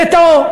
לתאו,